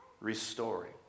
restoring